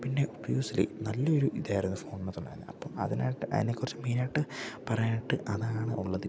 പിന്നെ യൂസില് നല്ലൊരു ഇതായിരുന്നു ഫോണിനകത്തുണ്ടായിരുന്നെ അപ്പം അതിനായിട്ട് അതിനെക്കുറച്ച് മെയിനായിട്ട് പറയാനായിട്ട് അതാണ് ഉള്ളതിപ്പം